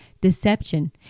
deception